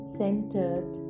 centered